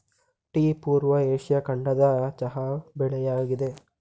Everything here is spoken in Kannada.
ಟೀ ಪೂರ್ವ ಏಷ್ಯಾ ಖಂಡದ ಚಹಾ ಬೆಳೆಯಾಗಿದೆ